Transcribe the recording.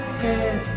head